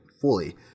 fully